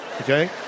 Okay